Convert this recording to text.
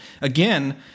again